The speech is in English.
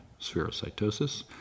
spherocytosis